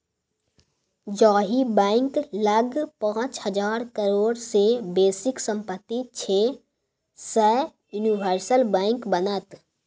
जाहि बैंक लग पाच हजार करोड़ सँ बेसीक सम्पति छै सैह यूनिवर्सल बैंक बनत